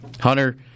Hunter